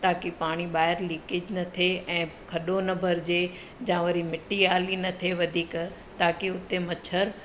ताक़ी पाणी ॿाहिर लीकेज न थिए ऐं खॾो न भरिजे जां वरी मिटी आली न थिए वधीक ताक़ी उते मछर